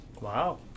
Wow